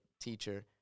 teacher